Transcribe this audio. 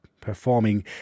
performing